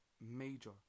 major